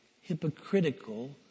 hypocritical